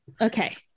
Okay